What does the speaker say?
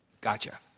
Gotcha